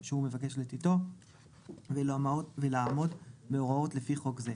שהוא מבקש לתתו ולאמות מאורעות לפי חוק זה.